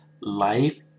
life